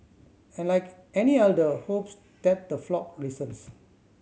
and like any elder hopes that the flock listens